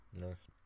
Nice